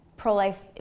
pro-life